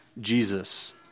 Jesus